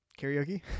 Karaoke